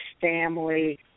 family